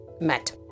met